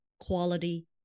quality